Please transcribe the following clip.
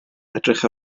edrych